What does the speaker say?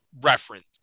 reference